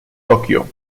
tokio